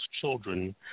children